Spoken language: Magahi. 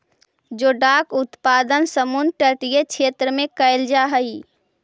जोडाक उत्पादन समुद्र तटीय क्षेत्र में कैल जा हइ